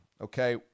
Okay